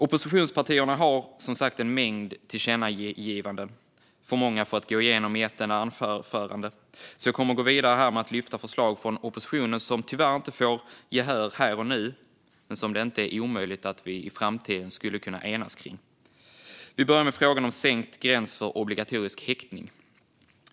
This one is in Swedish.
Oppositionspartierna har som sagt en mängd tillkännagivanden - för många för att gå igenom i ett enda anförande, så jag kommer att gå vidare med att lyfta fram förslag som oppositionen tyvärr inte får gehör för här och nu men som det inte är omöjligt att vi i framtiden skulle kunna enas kring. Jag börjar med frågan om sänkt gräns för obligatorisk häktning.